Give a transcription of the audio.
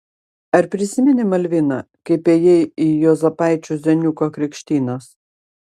ar prisimeni malvina kaip ėjai į juozapaičių zeniuko krikštynas